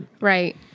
right